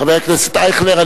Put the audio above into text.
חבר הכנסת אייכלר,